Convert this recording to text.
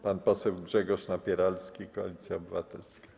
Pan poseł Grzegorz Napieralski, Koalicja Obywatelska.